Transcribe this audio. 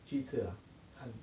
去一次 ah 看